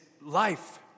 life